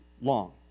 long